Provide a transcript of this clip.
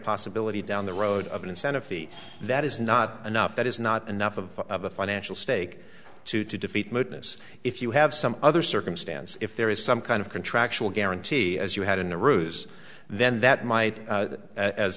possibility down the road of an incentive feat that is not enough that is not enough of a financial stake to to defeat mootness if you have some other circumstance if there is some kind of contractual guarantee as you had in a ruse then that might as as